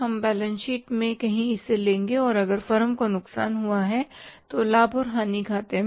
हम balance sheet में कहीं इसी लेंगे और अगर फर्म को नुकसान हुआ तो लाभ और हानि खाते में